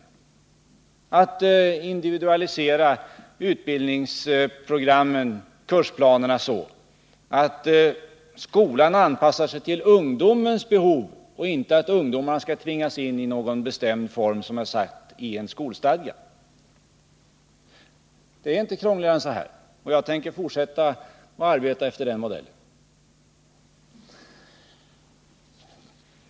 Vi måste individualisera kursplanen så att skolan anpassar sig till ungdomens behov och ungdomarna inte tvingas in i någon bestämd form i en skolstadga. Det är inte krångligare än så, och jag tänker fortsätta att arbeta efter den modellen.